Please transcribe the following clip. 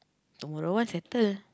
tomorrow one settle